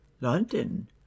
london